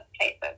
places